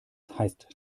heißt